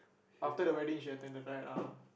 after the wedding she attend the ride ah